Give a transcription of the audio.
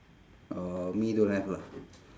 uh me don't have lah